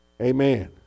Amen